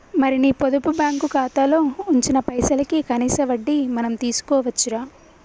మరి నీ పొదుపు బ్యాంకు ఖాతాలో ఉంచిన పైసలకి కనీస వడ్డీ మనం తీసుకోవచ్చు రా